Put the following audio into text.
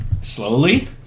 Slowly